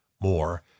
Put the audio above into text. more